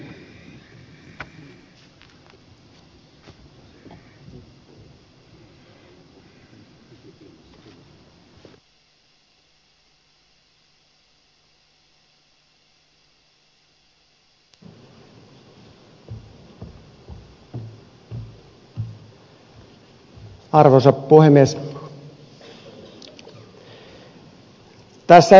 arvoisa puhemies